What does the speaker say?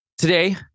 Today